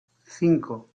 cinco